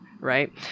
right